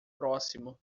próximo